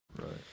Right